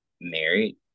married